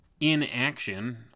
inaction